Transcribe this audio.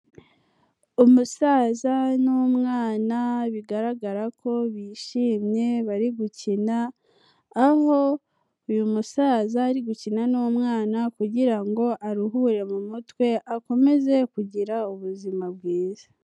Umusaza n'umwana bigaragara ko bishimye bari gukina, aho uyu musaza ari gukina n'umwana kugira ngo aruhure mu mutwe, akomeze kugira ubuzima bwiza.